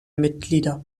mitglieder